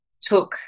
took